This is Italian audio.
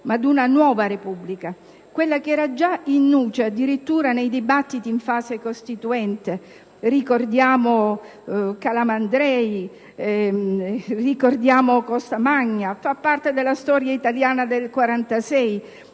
ma ad una nuova Repubblica, quella che era già *in nuce* addirittura nei dibattiti in fase costituente (ricordiamo Calamandrei e Costamagna) e che fa parte della storia italiana del